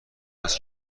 است